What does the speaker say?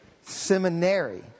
seminary